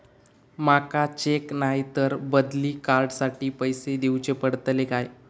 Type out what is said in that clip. माका चेक नाय तर बदली कार्ड साठी पैसे दीवचे पडतले काय?